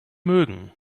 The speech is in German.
mögen